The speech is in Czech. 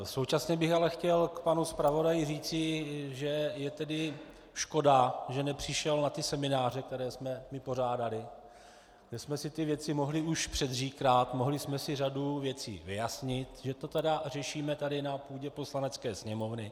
Současně bych ale chtěl k panu zpravodaji říci, že je tedy škoda, že nepřišel na ty semináře, které jsme my pořádali, kde jsme si ty věci mohli už předříkat, mohli jsme si řadu věcí vyjasnit, že to tedy řešíme na půdě Poslanecké sněmovny.